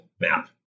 map